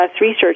research